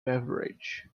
beverage